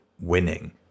winning